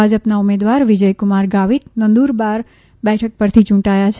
ભાજપના ઊમેદવાર વિજય કુમાર ગાવિત નદુરબાર બેઠક પરથી યૂંટાયા છે